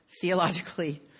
theologically